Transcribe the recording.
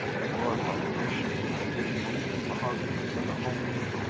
a glorified edition in gleaming mahogany of the homely,